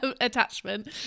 attachment